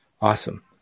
Awesome